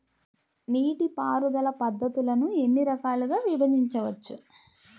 నీటిపారుదల పద్ధతులను ఎన్ని రకాలుగా విభజించవచ్చు?